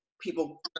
people